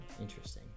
Interesting